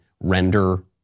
render